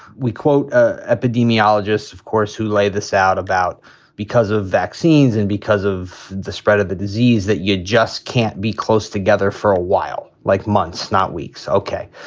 we quote ah epidemiologists, of course, who lay this out about because of vaccines and because of the spread of the disease, that you just can't be close together for a while, like months, not weeks. ok,